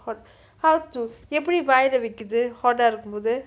what how to எப்டி வாயில வைக்கிறது:epdi vaayila vaikirathu hot ah ‌ இருக்கும் போது:irukkum pothu